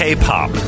K-pop